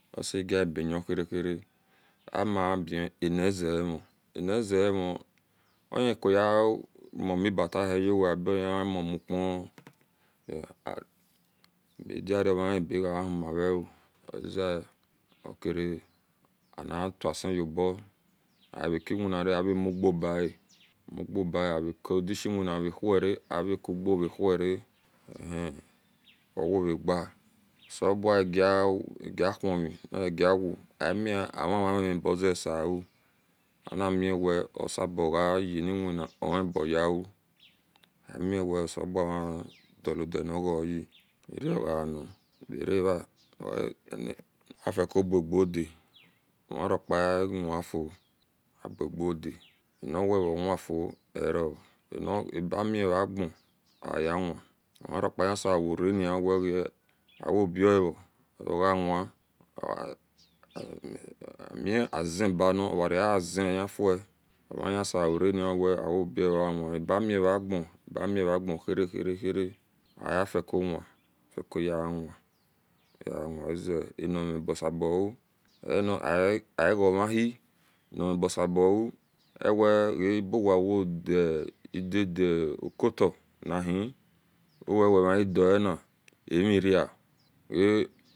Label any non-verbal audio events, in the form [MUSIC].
Osegaebe gabeye ker ker amaben anizemu ani zemu ohi kuyemumi bata hiyewe abi ohimumu ukhi [HESITATION] abidiro mahie begahuma reo oaze okre ani twe siyobo arekewinara ave muguo bae uguo bae arekudishe wimare huer arekuguo rewe huere hen ooreba seoba [HESITATION] osele bua egahumi ogawo omiomara seamu animiwe ose boawini wina ohiobyeu amiwa osele bua midilo dia nogahi irogani aberera [HESITATION] aficobugada omaroka wifuo abugada anowe oarewifuo oro abami ra ga ouyewin omaroke hisegareni owe awobi ahiogawin [HESITATION] ami azebani ogare aze eyefue ogaye seworeni oweawoba ogawin abami rega bami rega heria heria oaficowin ficoyewin yewin oaze ani rebase basu [HESITATION] agamahi winebuwe gasabou awea ibowa odi [HESITATION] oduta nihi wie-emahiduena amiria ga